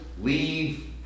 leave